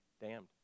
damned